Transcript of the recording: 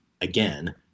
again